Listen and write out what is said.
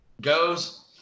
goes